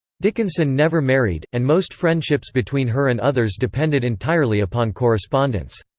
dickinson never married, and most friendships between her and others depended entirely upon correspondence.